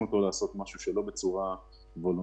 אותו לעשות משהו שלא בצורה וולונטרית,